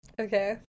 okay